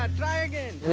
ah try again!